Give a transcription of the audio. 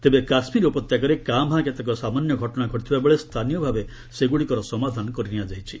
ତେବେ କାଶ୍ମୀର ଉପତ୍ୟକାରେ କାଁ ଭାଁ କେତେକ ସାମାନ୍ୟ ଘଟଣା ଘଟିଥିବା ବେଳେ ସ୍ଥାନୀୟ ଭାବେ ସେଗୁଡ଼ିକର ସମାଧାନ କରିନିଆଯାଇଛି